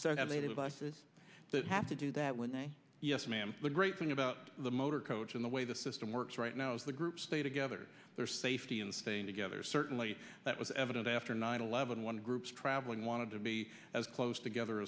devices that have to do that with yes ma'am the great thing about the motor coach and the way the system works right now is the group stay together there's safety in staying together certainly that was evident after nine eleven one groups travelling wanted to be as close together